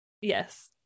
yes